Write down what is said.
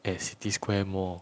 at city square mall